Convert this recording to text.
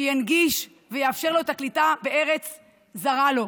שינגיש ויאפשר לו את הקליטה בארץ זרה לו.